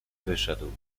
wyszedł